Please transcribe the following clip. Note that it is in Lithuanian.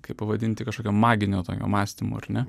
kaip pavadinti kažkokio maginio tokio mąstymo ar ne